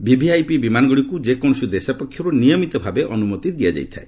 VVIP ବିମାନଗୁଡ଼ିକୁ ଯେକୌଣସି ଦେଶ ପକ୍ଷରୁ ନିୟମିତ ଭାବେ ଅନୁମତି ଦିଆଯାଇଥାଏ